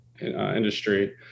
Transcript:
industry